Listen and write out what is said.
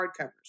hardcovers